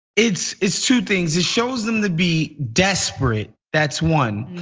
it's it's two things, it shows them to be desperate, that's one.